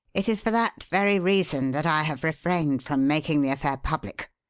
it is for that very reason that i have refrained from making the affair public.